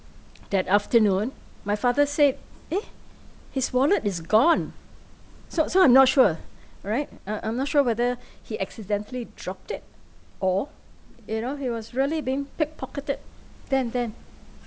that afternoon my father said eh his wallet is gone so so I'm not sure alright I I'm not sure whether he accidentally dropped it or you know he was really being pick pocketed then then